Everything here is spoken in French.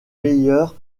meilleur